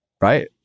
right